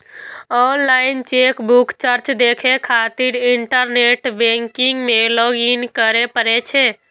online chequebook charge देखै खातिर internet banking मे लॉग इन करै पड़ै छै